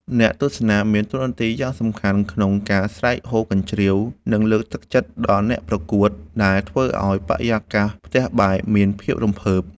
អ្នកទស្សនាមានតួនាទីយ៉ាងសំខាន់ក្នុងការស្រែកហ៊ោកញ្ជ្រៀវ និងលើកទឹកចិត្តដល់អ្នកប្រកួត ដែលធ្វើឱ្យបរិយាកាសផ្ទះបាយមានភាពរំភើប។